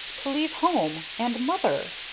to leave home and mother!